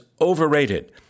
overrated